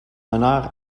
honneur